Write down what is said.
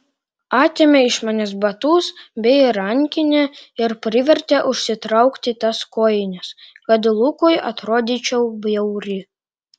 atėmė iš manęs batus bei rankinę ir privertė užsitraukti tas kojines kad lukui atrodyčiau bjauri